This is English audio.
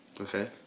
Okay